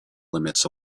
limits